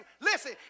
listen